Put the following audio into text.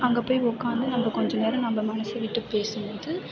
அங்கே போய் உக்காந்து நம்ம கொஞ்ச நேரம் நம்ம மனசை விட்டு பேசும்போது